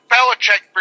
Belichick